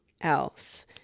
else